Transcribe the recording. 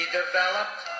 developed